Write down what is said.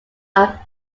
are